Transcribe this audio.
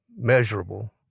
measurable